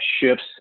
shifts